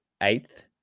eighth